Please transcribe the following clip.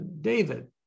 David